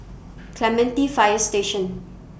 Clementi Fire Station